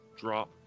drop